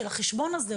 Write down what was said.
של החשבון הזה,